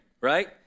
right